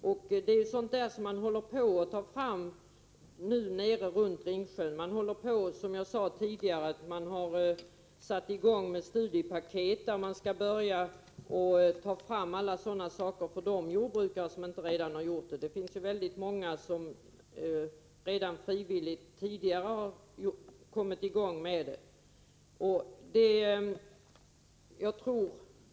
Det är sådant man håller på att ta fram runt Ringsjön. Man har, som jag sade tidigare, satt i gång med ett studiepaket där man skall börja ta fram alla sådana saker för de jordbrukare som inte redan har gjort det. Det finns väldigt många som frivilligt tidigare kommit i gång med detta.